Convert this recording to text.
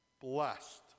blessed